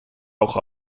auch